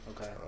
okay